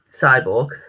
Cyborg